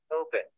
Open